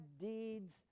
deeds